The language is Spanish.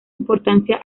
importancia